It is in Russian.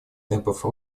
темпов